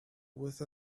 with